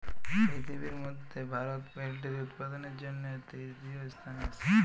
পিরথিবির ম্যধে ভারত পোলটিরি উৎপাদনের জ্যনহে তীরতীয় ইসথানে আসে